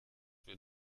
für